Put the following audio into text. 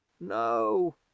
no